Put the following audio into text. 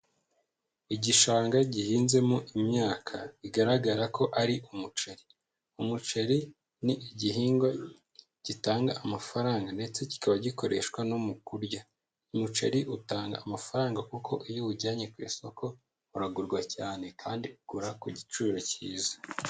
Igishanga gihinzemo imyaka bigaragara ko ari umuceri, umuceri ni igihingwa gitanga amafaranga ndetse kikaba gikoreshwa no mu kurya, umuceri utanga amafaranga kuko iyo uwujyanye ku isoko uragurwa cyane kandi ugura ku giciro cyiza.